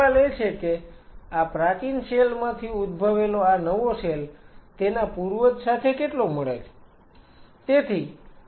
હવે સવાલ એ છે કે આ પ્રાચીન સેલ માંથી ઉદભવેલો આ નવો સેલ તેના પૂર્વજ સાથે કેટલો મળે છે